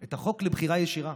את החוק לבחירה ישירה,